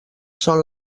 són